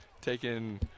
taking –